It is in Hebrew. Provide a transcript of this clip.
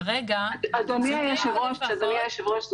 אדוני היושב-ראש,